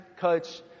coach